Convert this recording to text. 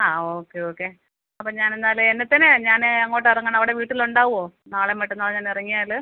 ആ okay okay അപ്പം ഞാനെന്നാല് എന്നത്തേനാണ് ഞാന് അങ്ങോട്ട് ഇറങ്ങണം അവിടെ വീട്ടിൽ ഉണ്ടാകുമോ നാളേ മറ്റന്നാള് ഞാൻ ഇറങ്ങിയാൽ